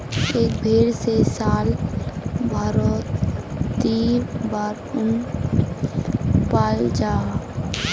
एक भेर से साल भारोत दी बार उन पाल जाहा